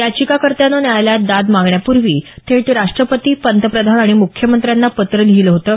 याचिकाकर्त्यानं न्यायालयात दाद मागण्यापूर्वी थेट राष्ट्रपती पंतप्रधान आणि मुख्यमंत्र्यांना पत्र लिहिलं होतं